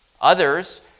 Others